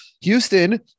Houston